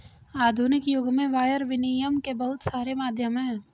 आधुनिक युग में वायर विनियम के बहुत सारे माध्यम हैं